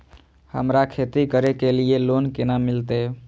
हमरा खेती करे के लिए लोन केना मिलते?